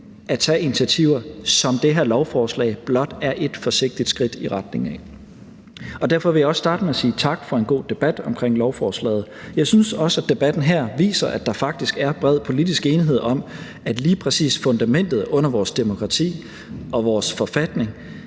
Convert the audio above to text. at tage initiativer, som det her lovforslag blot er et forsigtigt skridt i retning af. Derfor vil jeg også starte med at sige tak for en god debat om lovforslaget. Jeg synes også, at debatten her viser, at der faktisk er bred politisk enighed om, at lige præcis fundamentet under vores demokrati og vores forfatning